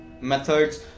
Methods